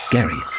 Gary